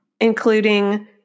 including